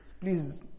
please